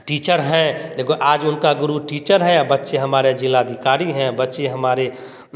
teacher है लेकिन देखो उनका गुरु टीचर है बच्चे हमारे जिलाधिकारी हैं बच्चे हमारे